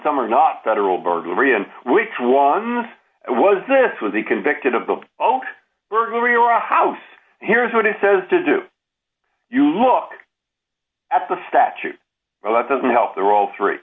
some are not federal burglary and which ones was this was he convicted of the folk burglary or house here's what it says to do you look at the statute that doesn't help there all three